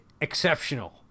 exceptional